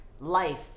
Life